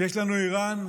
יש לנו איראן,